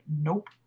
nope